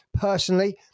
Personally